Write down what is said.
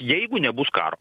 jeigu nebus karo